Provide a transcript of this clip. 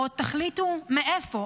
או תחליטו מאיפה,